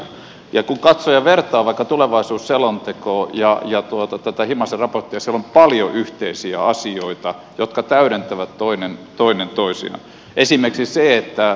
kun katsoo ja vertaa vaikka tulevaisuusselontekoa ja tätä himasen raporttia siellä on paljon yhteisiä asioita jotka täydentävät toinen toisiaan